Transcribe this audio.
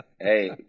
hey